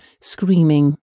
screaming